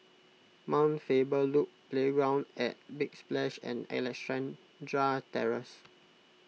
Mount Faber Loop Playground at Big Splash and Alexandra Terrace